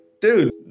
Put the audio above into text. dude